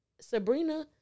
Sabrina